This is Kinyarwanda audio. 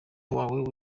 wawe